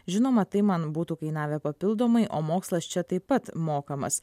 žinoma tai man būtų kainavę papildomai o mokslas čia taip pat mokamas